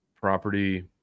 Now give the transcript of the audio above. property